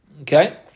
Okay